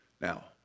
Now